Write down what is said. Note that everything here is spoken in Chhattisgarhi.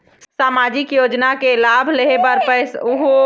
सामाजिक योजना के लाभ लेहे बर पैसा देना पड़ही की?